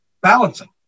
balancing